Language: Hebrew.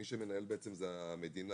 מי שמנהל זה המדינה,